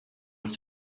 was